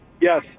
Yes